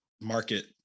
market